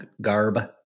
garb